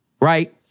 right